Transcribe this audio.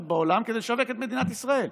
בעולם כדי לשווק את מדינת ישראל.